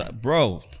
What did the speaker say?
bro